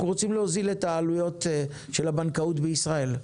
אנחנו רוצים להוזיל את העלויות של הבנקאות בישראל.